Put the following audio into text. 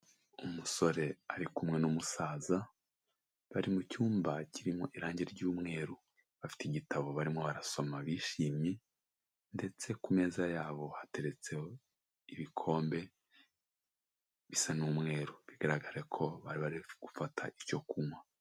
Umusore ari kumwe n'umusaza, bari mu cyumba kirimo irange ry'umweru, bafite igitabo barimo barasoma bishimye ndetse ku meza yabo hateretseho ibikombe bisa n'umweru bigaragara ko bari bari gufata icyo kunywa.